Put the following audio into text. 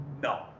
No